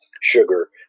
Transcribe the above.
sugar